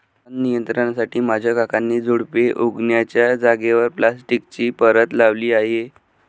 तण नियंत्रणासाठी माझ्या काकांनी झुडुपे उगण्याच्या जागेवर प्लास्टिकची परत लावली आहे